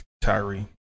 Tyree